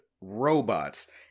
robots